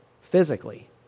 physically